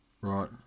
Right